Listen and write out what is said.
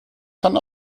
kann